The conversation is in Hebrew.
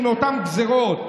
עם אותן גזרות,